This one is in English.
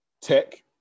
tech